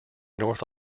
north